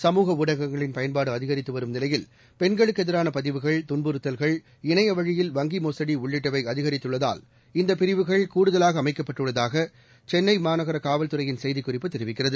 சமூக ஊடகங்களின் பயன்பாடு அதிகரித்து வரும் நிலையில் பெண்களுக்கு எதிரான பதிவுகள் துன்புறுத்தல்கள் இணையவழியில் வங்கி மோசடி உள்ளிட்டவை அதிகரித்துள்ளதால் இந்தப் பிரிவுகள் கூடுதலாக அமைக்கப்பட்டுள்ளதாக சென்னை மாநகர காவல்துறையின் செய்திக் குறிப்பு தெரிவிக்கிறது